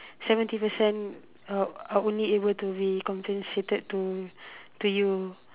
seventy percent uh only able to be compensated to to you